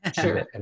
sure